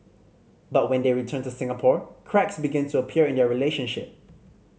but when they returned to Singapore cracks began to appear in their relationship